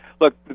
Look